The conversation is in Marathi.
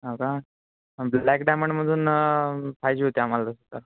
हा का ब्लॅक डायमंडमधून पाहिजे होती आम्हाला तसं तर